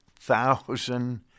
thousand